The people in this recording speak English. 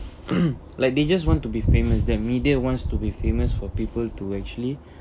mmhmm like they just want to be famous that media wants to be famous for people to actually